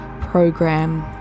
program